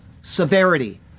severity